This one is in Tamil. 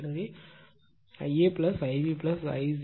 எனவே Ia Ib Ic